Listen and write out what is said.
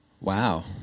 Wow